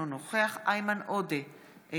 אינו נוכח איימן עודה,